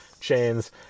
chains